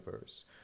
verse